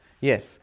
Yes